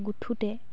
গুঠোঁতে